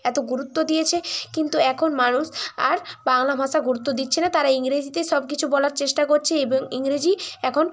এত গুরুত্ব দিয়েছে কিন্তু এখন মানুষ আর বাংলা ভাষায় গুরুত্ব দিচ্ছে না তারা ইংরেজিতেই সব কিছু বলার চেষ্টা করছে এবং ইংরেজি এখন